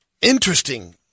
interesting